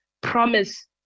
promise